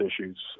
issues